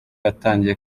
yatangiye